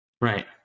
Right